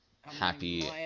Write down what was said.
Happy